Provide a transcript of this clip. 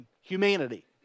humanity